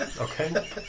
Okay